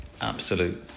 absolute